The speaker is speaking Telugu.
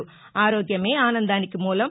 ఆరోగ్యమే ఆనందానికి మూలం